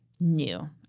new